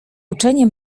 uczenie